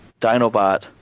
Dinobot